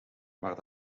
maar